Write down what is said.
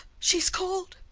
she's cold,